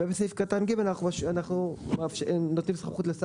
ובסעיף קטן (ג) אנחנו נותנים סמכות לשר